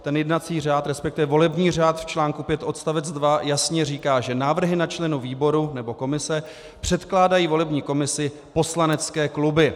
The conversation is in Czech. Ten jednací řád, resp. volební řád v čl. 5 odst. 2 jasně říká, že návrhy na členy výboru nebo komise předkládají volební komisi poslanecké kluby.